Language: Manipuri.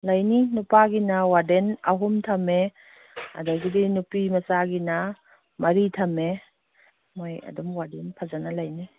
ꯂꯩꯅꯤ ꯅꯨꯄꯥꯒꯤꯅ ꯋꯥꯔꯗꯦꯟ ꯑꯍꯨꯝ ꯊꯝꯃꯦ ꯑꯗꯒꯤꯗꯤ ꯅꯨꯄꯤ ꯃꯆꯥꯒꯤꯅ ꯃꯔꯤ ꯊꯝꯃꯦ ꯃꯣꯏ ꯑꯗꯨꯝ ꯋꯥꯔꯗꯦꯟ ꯐꯖꯅ ꯂꯩꯅꯤ